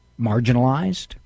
marginalized